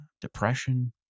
depression